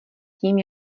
tím